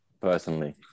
personally